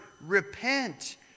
Repent